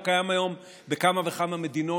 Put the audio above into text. הוא קיים היום בכמה וכמה מדינות.